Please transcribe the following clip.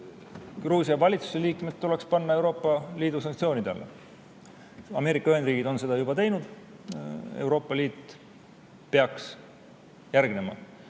külmutada. Gruusia valitsuse liikmed tuleks panna Euroopa Liidu sanktsioonide alla. Ameerika Ühendriigid on seda juba teinud, Euroopa Liit peaks järgnema.